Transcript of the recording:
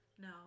No